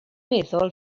meddwl